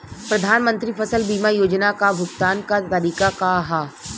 प्रधानमंत्री फसल बीमा योजना क भुगतान क तरीकाका ह?